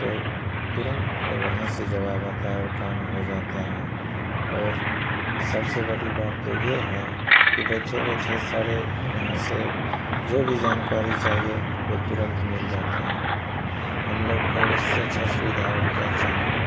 तो तुरंत वहाँ से जवाब आता है और काम हो जाता है और सबसे बड़ी बात तो यह है कि बैठे बैठे सारी यहाँ से जो भी जानकारी चाहिए वह तुरंत मिल जाती है हम लोग और इससे अच्छी सुविधा और क्या चाहिए